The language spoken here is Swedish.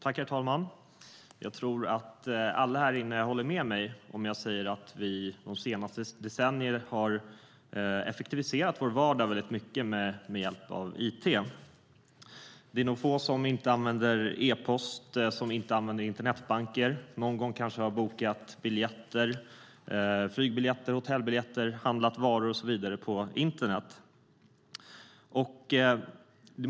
Herr talman! Jag tror att alla här inne håller med mig om jag säger att vi de senaste decennierna har effektiviserat vår vardag mycket med hjälp av it. Det är nog få som inte använder e-post, internetbanker, någon gång har bokat biljetter, flygbiljetter, hotellrum och handlat varor och så vidare på internet.